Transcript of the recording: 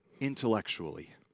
intellectually